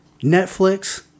Netflix